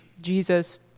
Jesus